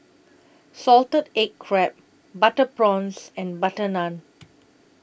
Salted Egg Crab Butter Prawns and Butter Naan